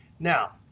now,